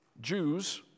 Jews